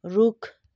रुख